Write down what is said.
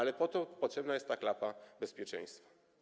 Dlatego potrzebna jest ta klapa bezpieczeństwa.